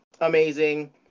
amazing